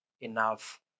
enough